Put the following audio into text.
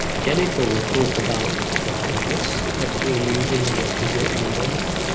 jennifer will talk about the compass that we are using in the studio in a moment.